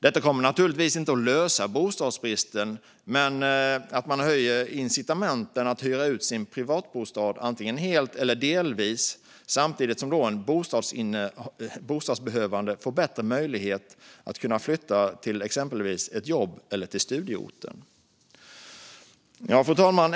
Detta kommer naturligtvis inte att lösa bostadsbristen, men man höjer därigenom incitamenten att hyra ut sin privatbostad, antingen helt eller delvis, samtidigt som en bostadsbehövande får bättre möjligheter att flytta till exempelvis ett jobb eller till studieorten. Fru talman!